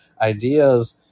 ideas